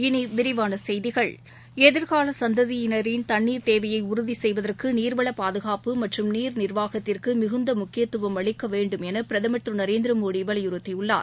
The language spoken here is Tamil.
இனி விரிவான செய்திகள் எதிர்கால சந்ததியினரின் தண்ணீர் தேவையை உறுதி செய்வதற்கு நீர்வள பாதுகாப்பு மற்றும் நீர் நிர்வாகத்திற்கு மிகுந்த முக்கியத்துவம் அளிக்க வேண்டும் என பிரதமர் திரு நரேந்திரமோடி வலியுறுத்தியுள்ளார்